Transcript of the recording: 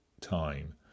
time